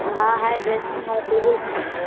हाँ है ड्रेसिन्ग है टेबुल है